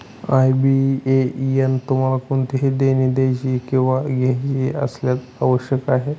IBAN तुम्हाला कोणतेही देणी द्यायची किंवा घ्यायची असल्यास आवश्यक आहे